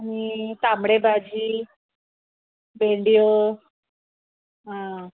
आनी तांबडे भाजी भेंडियो आ